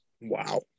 Wow